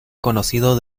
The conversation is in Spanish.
conocido